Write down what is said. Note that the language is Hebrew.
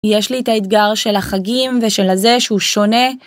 יש לי את האתגר של החגים ושל הזה שהוא שונה.